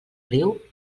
riu